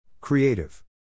Creative